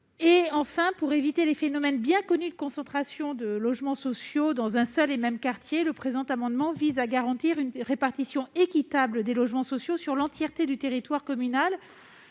ailleurs, pour éviter le phénomène bien connu de concentration de logements sociaux dans un seul et même quartier, le présent amendement vise à garantir une répartition équitable des logements sociaux sur la totalité du territoire communal,